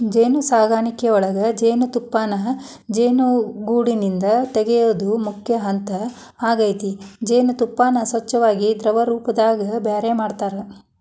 ಜೇನುಸಾಕಣಿಯೊಳಗ ಜೇನುತುಪ್ಪಾನ ಜೇನುಗೂಡಿಂದ ತಗಿಯೋದು ಮುಖ್ಯ ಹಂತ ಆಗೇತಿ ಜೇನತುಪ್ಪಾನ ಸ್ವಚ್ಯಾಗಿ ದ್ರವರೂಪದಾಗ ಬ್ಯಾರೆ ಮಾಡ್ತಾರ